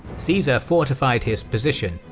caesar fortified his position,